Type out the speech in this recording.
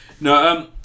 No